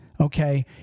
okay